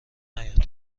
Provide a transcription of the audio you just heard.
نیاد